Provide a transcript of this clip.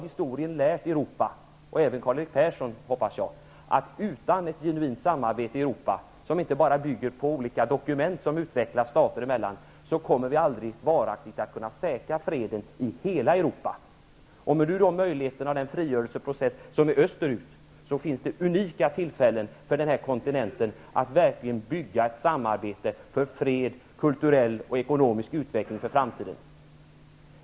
Historien har lärt Europa -- och även Karl-Erik Persson, hoppas jag -- att utan ett genuint samarbete, som inte bara bygger på att olika dokument utväxlas mellan stater, kommer vi aldrig att varaktigt kunna säkra freden i hela Europa. Med den frigörelseprocess som äger rum österut finns det unika tillfällen för den här kontinenten att verkligen bygga ett samarbete för fred och kulturell och ekonomisk utveckling för framtiden.